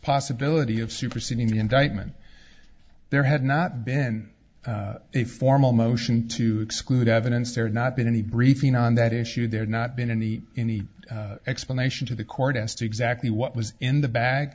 possibility of superseding indictment there had not been a formal motion to exclude evidence there not been any briefing on that issue there not been in the any explanation to the court as to exactly what was in the ba